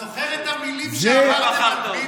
אתה זוכר את המילים שאמרתם על ביבי?